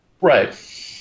Right